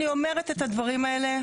אני אומרת את הדברים האלה,